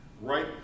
right